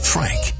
Frank